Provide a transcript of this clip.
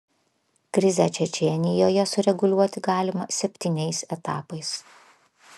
krizę čečėnijoje sureguliuoti galima septyniais etapais